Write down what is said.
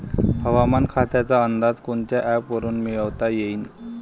हवामान खात्याचा अंदाज कोनच्या ॲपवरुन मिळवता येईन?